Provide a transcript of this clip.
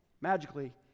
magically